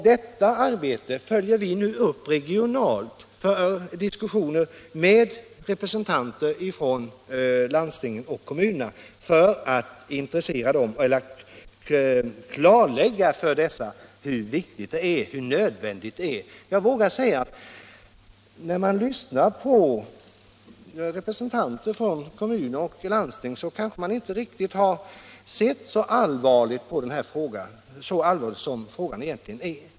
Deita arbete följer vi nu upp regionalt i form av diskussioner med representanter för landstingen och kommunerna, för att göra klart för dem hur viktigt och nödvändigt det är med en utbyggnad. När man lyssnar på representanter för kommuner och landsting får man klart för sig att de inte sett riktigt så allvarligt på den här frågan som den förtjänar.